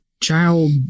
child